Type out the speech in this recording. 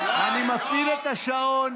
אני מפעיל את השעון.